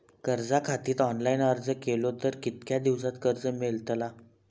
कर्जा खातीत ऑनलाईन अर्ज केलो तर कितक्या दिवसात कर्ज मेलतला?